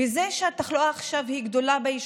איזה שיתוף נפלא של יזמים,